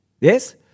Yes